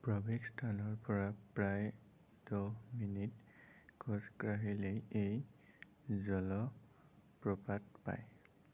প্ৰৱেশ স্থানৰ পৰা প্ৰায় দহ মিনিট খোজ কাঢ়িলেই এই জলপ্ৰপাত পায়